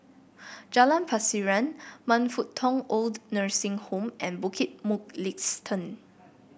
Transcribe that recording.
Jalan Pasiran Man Fut Tong OId Nursing Home and Bukit Mugliston